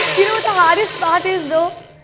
you know what the hardest part is, though?